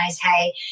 Hey